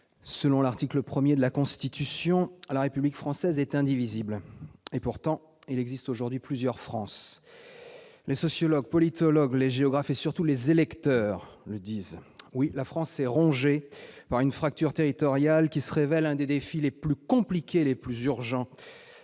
Selon l'article 1 de la Constitution, la République française est indivisible. Et pourtant, il existe aujourd'hui plusieurs France. Les sociologues, les politologues, les géographes et surtout les électeurs le disent. Oui, la France est rongée par une fracture territoriale qui se révèle un des défis les plus compliqués et les plus urgents